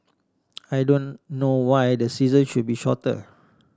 I don't know why the season should be shorter